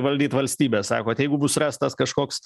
valdyt valstybę sakot jeigu bus rastas kažkoks